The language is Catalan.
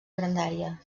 grandària